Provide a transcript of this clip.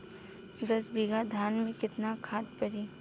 दस बिघा धान मे केतना खाद परी?